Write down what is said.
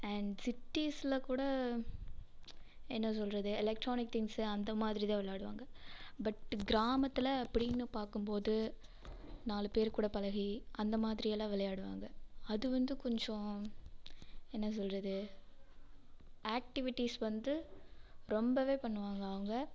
and சிட்டிஸ்சில் கூட என்ன சொல்வது எலக்ட்ரானிக் திங்ஸ்ஸு அந்த மாதிரி தான் விளையாடுவாங்க பட்டு கிராமத்தில் அப்படின்னு பார்க்கும் போது நாலு பேர் கூட பழகி அந்த மாதிரியெல்லாம் விளையாடுவாங்க அது வந்து கொஞ்சம் என்ன சொல்வது ஆக்ட்டிவிட்டிஸ் வந்து ரொம்பவே பண்ணுவாங்க அவங்க